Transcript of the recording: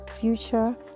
future